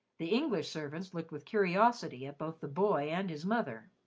the english servants looked with curiosity at both the boy and his mother.